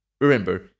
Remember